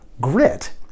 grit